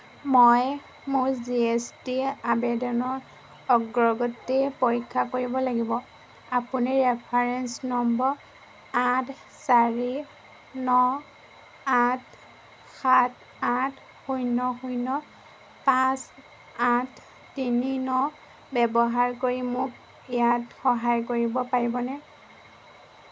মই মোৰ G S T আবেদনৰ অগ্ৰগতি পৰীক্ষা কৰিব লাগিব আপুনি ৰেফাৰেন্স নম্বৰ আঠ চাৰি ন আঠ সাত আঠ শূন্য শূন্য পাঁচ আঠ তিনি ন ব্যৱহাৰ কৰি মোক ইয়াত সহায় কৰিব পাৰিবনে